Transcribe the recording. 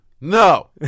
No